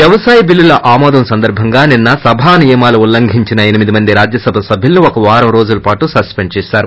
వ్యవసాయ బిల్లుల ఆమోదం సందర్భంగా నిన్స సభా నియమాలు ఉల్లంఘించిన ఎనిమిది మంది రాజ్యసభ సభ్యులను ఒక వారం పాటు సస్సిండ్ చేసారు